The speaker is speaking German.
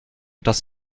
dass